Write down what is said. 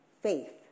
faith